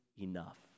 enough